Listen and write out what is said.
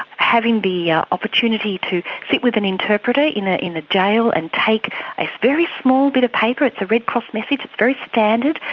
having the ah opportunity to sit with an interpreter in ah in a jail and take a very small bit of paper, it's a red cross message, very standard.